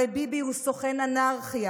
הרי ביבי הוא סוכן אנרכיה,